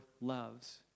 loves